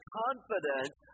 confidence